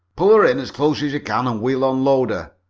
pull her in as close as you can and we'll unload her.